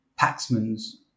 paxman's